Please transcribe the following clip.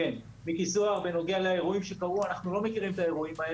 מירב בן ארי, יו"ר ועדת ביטחון פנים: